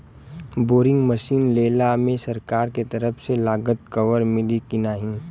Boring machine लेला मे सरकार के तरफ से लागत कवर मिली की नाही?